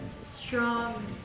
strong